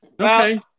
Okay